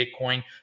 Bitcoin